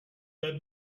let